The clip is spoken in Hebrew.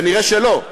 נראה שלא,